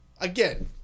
again